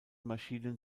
maschinen